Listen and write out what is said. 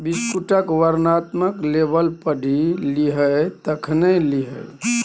बिस्कुटक वर्णनात्मक लेबल पढ़ि लिहें तखने लिहें